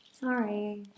Sorry